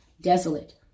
desolate